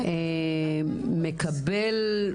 מקבל,